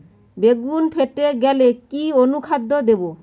বেগুন ফেটে গেলে কি অনুখাদ্য দেবো?